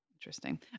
Interesting